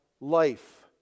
life